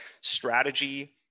strategy